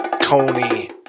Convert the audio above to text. Tony